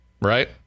right